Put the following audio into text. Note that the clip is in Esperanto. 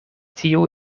tiu